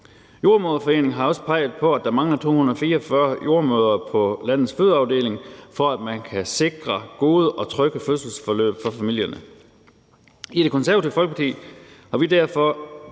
Jordemoderforeningen har også peget på, at der mangler 244 jordemødre på landets fødeafdelinger, for at man kan sikre gode og trygge fødselsforløb for familierne. Det Konservative Folkeparti har derfor